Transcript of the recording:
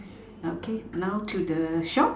okay now to the shop